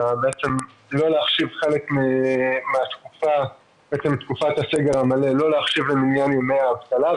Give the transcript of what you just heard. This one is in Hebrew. לא להחשיב חלק מתקופת הסגר המלא במניין ימי האבטלה,